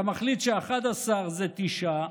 אתה מחליט ש-11 זה 9,